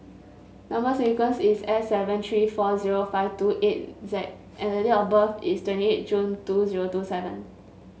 number sequence is S seven three four zero five two eight Z and the date of birth is twenty eight June two zero two seven